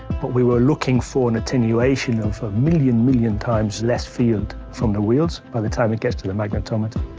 but we were looking for an attenuation of a million, million times less field from the wheels by the time it gets to the magnetometer.